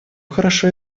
хорошо